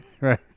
Right